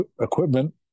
Equipment